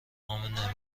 امنه